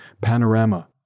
panorama